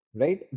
right